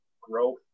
growth